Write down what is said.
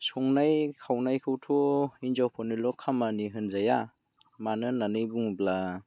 संनाय खावनायखौथ' हिनजावफोरनिल' खामानि होनजाया मानो होननानै बुङोब्ला